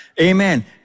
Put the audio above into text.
Amen